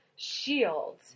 shield